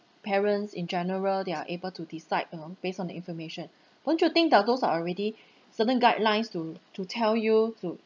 parents in general they are able to decide you know based on the information won't you think that those are already certain guidelines to to tell you to